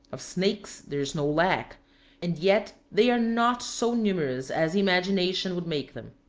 of snakes there is no lack and yet they are not so numerous as imagination would make them.